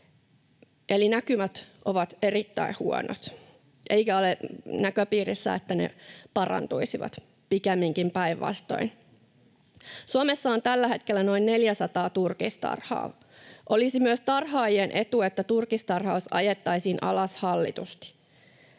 Eli näkymät ovat erittäin huonot, eikä ole näköpiirissä, että ne parantuisivat, pikemminkin päinvastoin. Suomessa on tällä hetkellä noin 400 turkistarhaa. Olisi myös tarhaajien etu, että turkistarhaus ajettaisiin alas hallitusti.